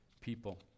people